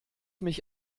mich